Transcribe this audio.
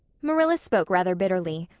marilla spoke rather bitterly.